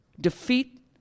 Defeat